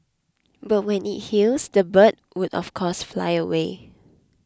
but when it heals the bird would of course fly away